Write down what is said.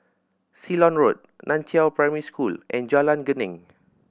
Ceylon Road Nan Chiau Primary School and Jalan Geneng